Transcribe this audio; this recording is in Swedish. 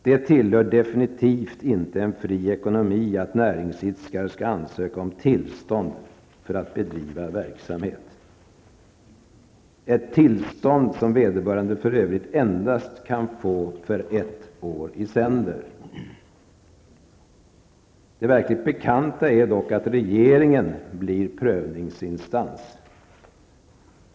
Det tillhör definitivt inte en fri ekonomi att näringsidkare skall ansöka om tillstånd för att bedriva verksamhet -- ett tillstånd som vederbörande för övrigt endast kan få för ett år i sänder. Det verkligt bekanta är dock att regeringen blir prövningsinstans.